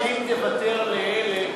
שאם אתה תוותר לאלה,